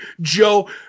Joe